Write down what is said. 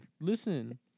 Listen